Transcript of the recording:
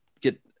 get